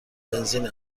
بنزین